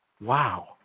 Wow